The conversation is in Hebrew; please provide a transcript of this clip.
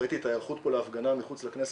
ראיתי את ההיערכות להפגנה מחוץ לכנסת,